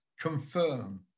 confirm